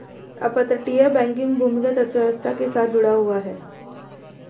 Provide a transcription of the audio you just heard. अपतटीय बैंकिंग भूमिगत अर्थव्यवस्था के साथ जुड़ा हुआ है